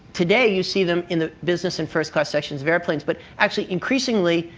today, you see them in the business and first class sections of airplanes. but actually, increasingly,